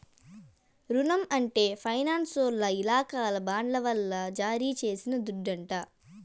రునం అంటే ఫైనాన్సోల్ల ఇలాకాల బాండ్ల వల్ల జారీ చేసిన దుడ్డంట